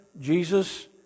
Jesus